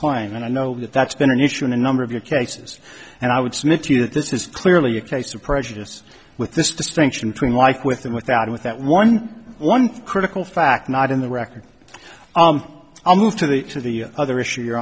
claim and i know that that's been an issue in a number of your cases and i would submit to you that this is clearly a case of prejudice with this distinction between like with and without with that one one critical fact not in the record i'll move to the to the other issue your